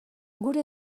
gure